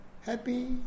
happy